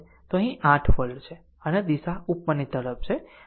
તો અહીં તે 8 વોલ્ટ છે અને દિશા ઉપરની તરફ છે